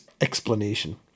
explanation